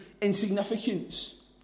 insignificance